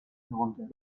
herunter